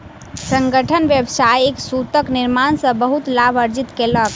संगठन व्यावसायिक सूतक निर्माण सॅ बहुत लाभ अर्जित केलक